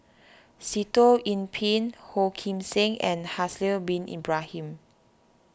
Sitoh Yih Pin Ong Kim Seng and Haslir Bin Ibrahim